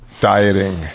dieting